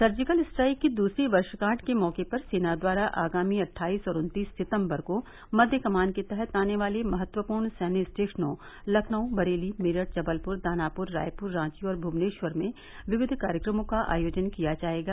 surgical strike की दूसरी वर्षगांठ के मौके पर सेना द्वारा आगामी अट्ठाइस और उनतीस सितम्बर को मध्य कमान के तहत आने वाले महत्वपूर्ण सैन्य स्टेशनों लखनऊ बरेली मेरठ जबलपुर दानापुर रायपुर रांची और भुवनेश्वर में विविध कार्यक्रमों का आयोजन किया जायेगा